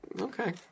Okay